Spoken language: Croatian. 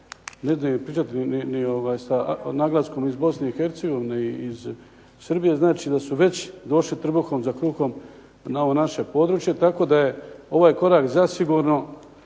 ne razumije./... ni sa naglaskom iz Bosne i Hercegovine i Srbije. Znači, da su već došli trbuhom za kruhom na ovo naše područje. Tako da je ovaj korak zasigurno,